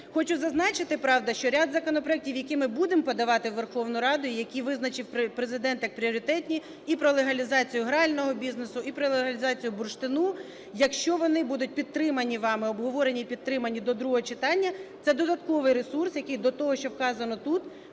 Хочу зазначити, правда, що ряд законопроектів, які ми будемо подавати у Верховну Раду і які визначив Президент як пріоритетні, і про легалізацію грального бізнесу, і про легалізацію бурштину, якщо вони будуть підтримані вами, обговорені і підтримані до другого читання, це додатковий ресурс, який до того, що вказано тут,